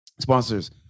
Sponsors